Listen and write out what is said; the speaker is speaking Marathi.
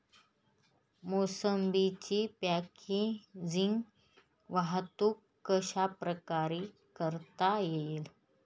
मोसंबीची पॅकेजिंग वाहतूक कशाप्रकारे करता येईल?